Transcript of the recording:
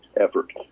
effort